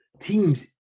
team's